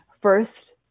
first